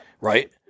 Right